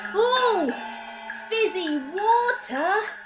oh fizzy water!